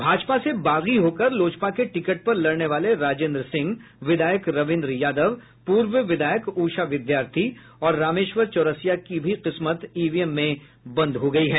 भाजपा से बागी होकर लोजपा के टिकट पर लड़ने वाले राजेन्द्र सिंह विधायक रविन्द्र यादव पूर्व विधायक उषा विद्यार्थी और रामेश्वर चौरसिया की भी किस्मत ईवीएम में बंद हो गयी है